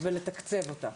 ולתקצב אותה?